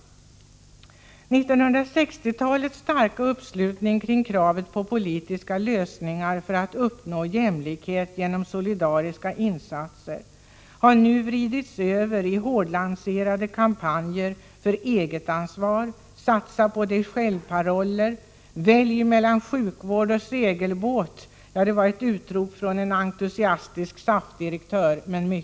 1960-talets starka uppslutning kring kravet på politiska lösningar för att uppnå jämlikhet genom solidariska insatser har nu vridits över i hårdlanserade kampanjer för egetansvar och ”satsa på dig själv”-paroller. Välj mellan sjukvård och segelbåt var ett — mycket avslöjande — utrop av en entusiastisk SAF-direktör.